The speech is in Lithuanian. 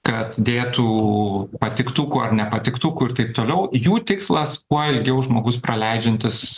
kad dėtų patiktukų ar ne patiktukų ir taip toliau jų tikslas kuo ilgiau žmogus praleidžiantis